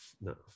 no